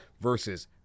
versus